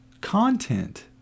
content